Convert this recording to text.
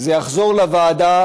זה יחזור לוועדה,